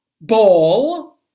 ball